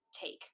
take